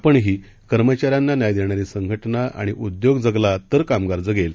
आपणही कर्मचाऱ्यांना न्याय देणारी संघ ्ञा आणि उद्योग जगला तर कामगार जगेल